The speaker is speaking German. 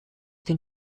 den